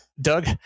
Doug